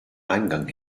eingang